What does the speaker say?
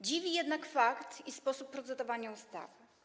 Dziwi jednak fakt i sposób procedowania nad ustawą.